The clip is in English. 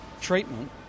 treatment